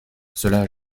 cela